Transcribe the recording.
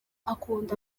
akunda